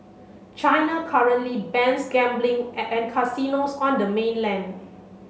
China currently bans gambling and casinos on the mainland